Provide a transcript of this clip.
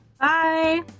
Bye